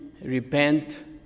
Repent